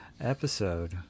episode